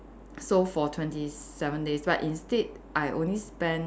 so for twenty seven days right instead I only spend